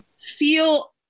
feel